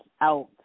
out